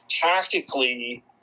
tactically